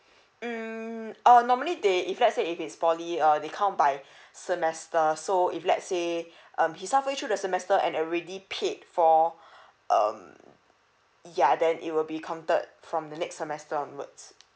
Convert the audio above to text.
um uh normally they if let's say if it's poly uh they count by semester so if let's say um he's halfway through the semester and already paid for um ya then it will be counted from the next semester onwards